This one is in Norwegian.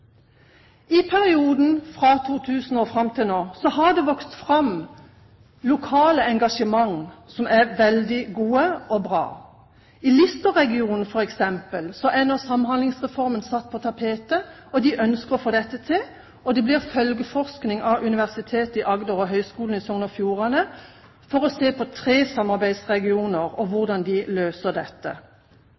I perioden 2000 og fram til nå har det vokst fram lokale engasjement som er veldig gode. I Listerregionen f.eks. er nå Samhandlingsreformen satt på tapetet, og de ønsker å få dette til. Det blir følgeforskning på Universitetet i Agder og Høgskulen i Sogn og Fjordane for å se på tre samarbeidsregioner og hvordan de løser dette.